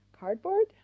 cardboard